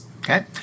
Okay